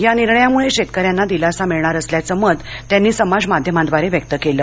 या निर्णयामुळे शेतकऱ्यांना दिलासा मिळणार असल्याचं मत त्यांनी समाजमाध्यमाद्वारे व्यक्त केलं